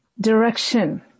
direction